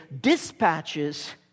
dispatches